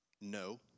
No